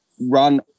run